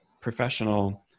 professional